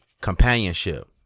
companionship